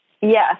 Yes